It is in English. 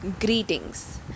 Greetings